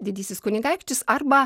didysis kunigaikštis arba